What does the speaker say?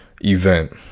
event